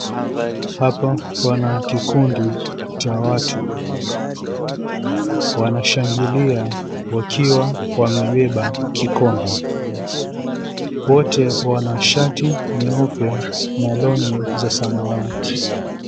Hapa pana kikundi cha watu wanashangilia wakiwa wamebeba kikombe, wote wanashati nyeupe na long'i za samawati.